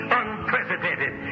unprecedented